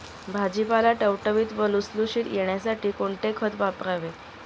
भाजीपाला टवटवीत व लुसलुशीत येण्यासाठी कोणते खत वापरावे?